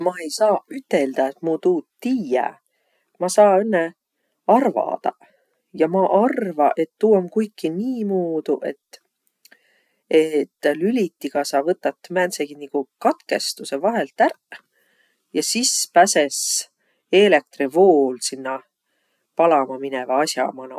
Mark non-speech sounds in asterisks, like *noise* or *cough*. Ma ei saaq üteldäq, et ma tuud tiiä. Ma saa õnnõ arvadaq. Ja ma arva, et tuu om kuiki niimuudu, et *hesitation* lülitiga sa võtat määntsegi niguq katkestusõ vahelt ärq ja sis päses eelektrivuul sinnäq palamaminevä as'a manoq.